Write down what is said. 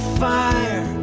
fire